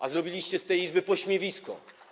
A zrobiliście z tej Izby pośmiewisko.